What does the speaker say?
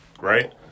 right